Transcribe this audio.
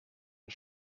and